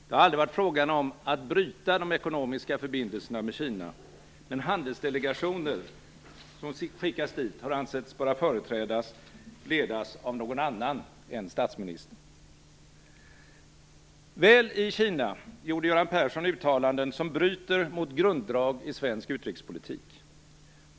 Det har aldrig varit fråga om att bryta de ekonomiska förbindelserna med Kina, men handelsdelegationer som skickats dit har ansetts böra ledas av någon annan än statsministern. Väl i Kina gjorde Göran Persson uttalanden som bryter mot grunddrag i svensk utrikespolitik.